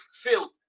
filled